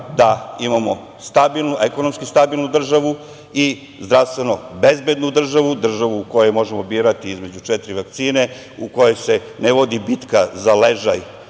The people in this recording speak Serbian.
da imamo ekonomski stabilnu državu i zdravstveno bezbednu državu, državu u kojoj možemo birati između četiri vakcine, u kojoj se ne vodi bitka za ležaj